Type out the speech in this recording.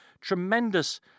Tremendous